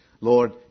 Lord